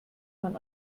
man